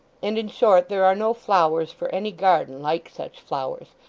and in short, there are no flowers for any garden like such flowers,